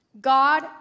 God